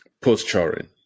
posturing